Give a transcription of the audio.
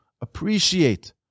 appreciate